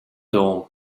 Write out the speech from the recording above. dome